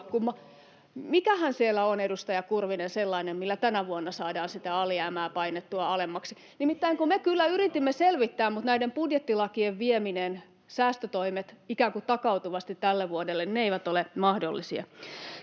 Mikähän siellä on, edustaja Kurvinen, sellainen, millä tänä vuonna saadaan sitä alijäämää painettua alemmaksi? — Nimittäin me kyllä yritimme selvittää, mutta näiden budjettilakien vieminen, säästötoimet ikään kuin takautuvasti tälle vuodelle, eivät ole mahdollisia.